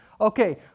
Okay